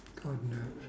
god no